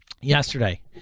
yesterday